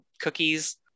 cookies